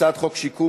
הצעת חוק שיקום,